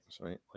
right